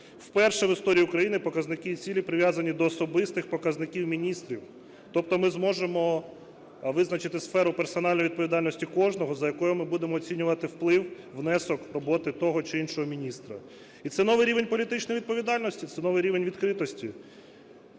Вперше в історії України показники і цілі прив'язані до особистих показників міністрів, тобто ми зможемо визначити сферу персональної відповідальності кожного, за якою ми будемо оцінювати вплив, внесок роботи того чи іншого міністра. І це новий рівень політичної відповідальності, це новий рівень відкритості.